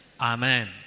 Amen